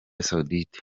saoudite